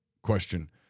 Question